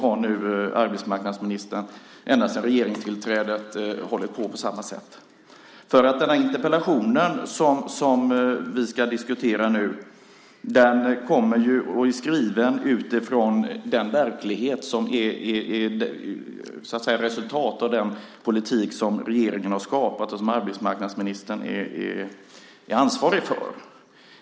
Arbetsmarknadsministern har nu ända sedan regeringstillträdet gjort på samma sätt. Den interpellation vi ska diskutera nu är skriven utifrån den verklighet som är ett resultat av den politik som regeringen har skapat och som arbetsmarknadsministern är ansvarig för.